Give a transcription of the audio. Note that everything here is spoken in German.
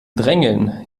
drängeln